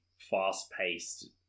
Fast-paced